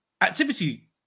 Activity